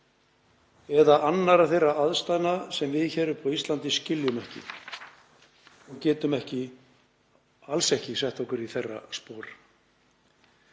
eða annarra þeirra aðstæðna sem við hér uppi á Íslandi skiljum ekki og getum alls ekki sett okkur í þeirra spor.